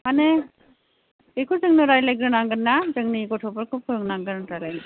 माने बेखौ जोंनो रायलायग्रोनांगोन ना जोंनि गथ'फोरखौ फोरोंनांगोन रायलायनो